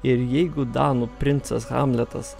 ir jeigu danų princas hamletas